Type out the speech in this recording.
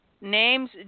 Names